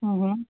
हम्म हम्म